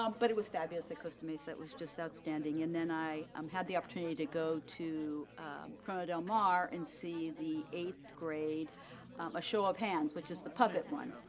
um but it was fabulous at costa mesa. it was just outstanding and then i um had the opportunity to go to corona del mar and see the eighth grade a show of hands, which is the puppet one.